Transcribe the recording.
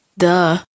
Duh